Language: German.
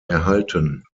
erhalten